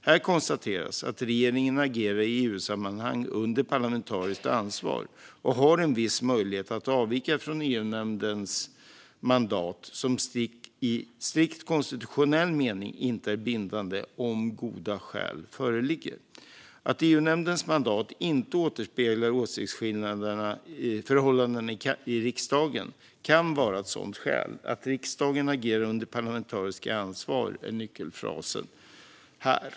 Här konstateras att regeringen agerar i EU-sammanhang under parlamentariskt ansvar och har en viss möjlighet att avvika från EU-nämndens mandat, som i strikt konstitutionell mening inte är bindande, om goda skäl föreligger. Att EU-nämndens mandat inte återspeglar åsiktsförhållandena i riksdagen kan vara ett sådant skäl. Att regeringen agerar under parlamentariskt ansvar är nyckelfrasen här.